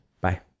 Bye